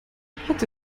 hat